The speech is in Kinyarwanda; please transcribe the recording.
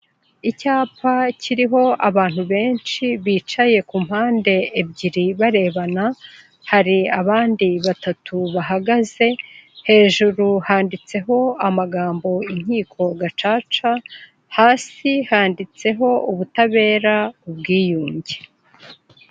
Icyapa kiriho abantu benshi bicaye ku mpande ebyiri barebana, hari abandi batatu bahagaze, hejuru handitseho amagambo Inkiko Gacaca hasi handitseho ubutabera, ubwiyunge.